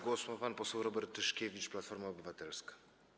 Głos ma pan poseł Robert Tyszkiewicz, Platforma Obywatelska.